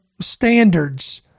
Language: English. standards